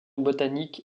botanique